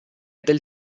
del